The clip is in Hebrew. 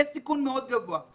יש סיכון מאוד גבוה,